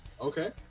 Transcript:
Okay